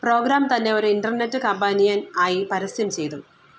programme തന്നെ ഒരു internet companion ആയി പരസ്യം ചെയ്തു